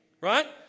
Right